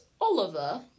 Oliver